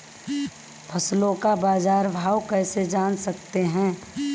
फसलों का बाज़ार भाव कैसे जान सकते हैं?